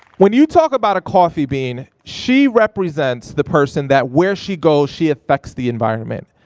when you talk about a coffee bean, she represents the person that where she goes, she affects the environment.